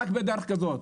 רק בדרך כזאת,